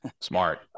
Smart